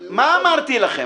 תשכנעו אותנו- -- מה אמרתי לכם?